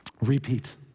Repeat